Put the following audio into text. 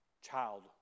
child